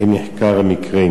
1. האם נחקר המקרה?